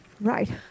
right